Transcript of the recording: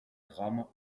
drames